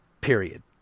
period